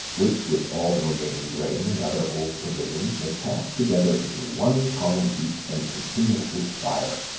which with all the remaining grain and other old provisions they cast together into one common heap, and consume it with fire.